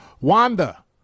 Wanda